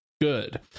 good